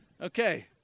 okay